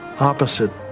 opposite